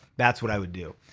that's what i would do.